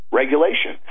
regulation